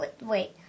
wait